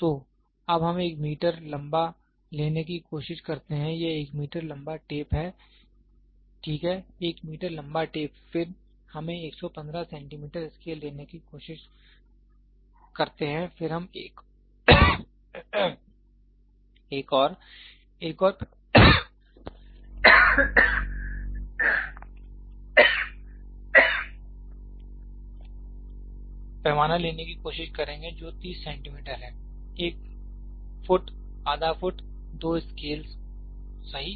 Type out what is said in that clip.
तो अब हम 1 मीटर लंबा लेने की कोशिश करते हैं यह 1 मीटर लंबा टेप है ठीक है 1 मीटर लंबा टेप फिर हमें 115 सेंटीमीटर स्केल लेने की कोशिश करते हैं और फिर हम एक और एक और पैमाना लेने की कोशिश करेंगे जो 30 सेंटीमीटर है एक फुट आधा फुट 2 स्केल सही